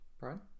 Brian